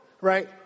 right